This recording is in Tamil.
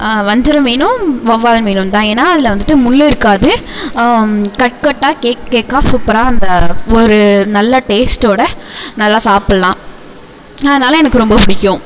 வஞ்சர மீனும் வவ்வால் மீனும் தான் ஏன்னா அதில் வந்துட்டு முள் இருக்காது கட் கட்டாக கேக் கேக்காக சூப்பராக அந்த ஒரு நல்ல டேஸ்ட்டோட நல்லா சாப்பிட்லாம் அதனால எனக்கு ரொம்ப பிடிக்கும்